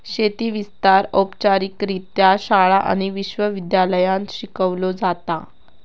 शेती विस्तार औपचारिकरित्या शाळा आणि विश्व विद्यालयांत शिकवलो जाता